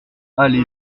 allée